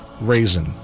raisin